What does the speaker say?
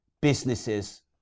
Businesses